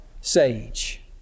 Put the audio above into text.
sage